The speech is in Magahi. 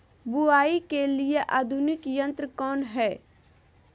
बुवाई के लिए आधुनिक यंत्र कौन हैय?